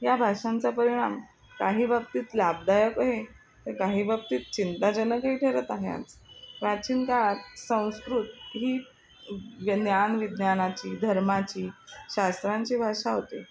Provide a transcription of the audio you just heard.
या भाषांचा परिणाम काही बाबतीत लाभदायक आहे तर काही बाबतीत चिंताजनकही ठरत आहेच प्राचीन काळात संस्कृत ही ज्ञान विज्ञानाची धर्माची शास्त्रांची भाषा होती